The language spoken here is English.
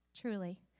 truly